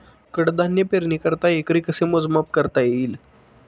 कडधान्य पेरणीकरिता एकरी कसे मोजमाप करता येईल?